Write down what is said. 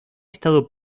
estado